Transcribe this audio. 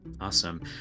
Awesome